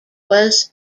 was